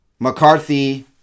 McCarthy